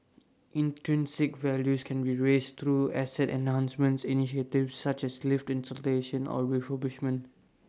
intrinsic values can be raised through asset enhancement initiatives such as lift installation or refurbishment